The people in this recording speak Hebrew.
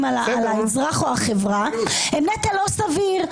על האזרח או החברה הוא נטל לא סביר.